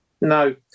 No